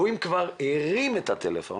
ואם כבר הרים את הטלפון,